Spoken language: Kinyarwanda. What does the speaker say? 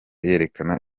yerekana